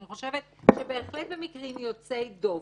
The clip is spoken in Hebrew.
אני חושבת שבהחלט במקרים יוצאי דופן,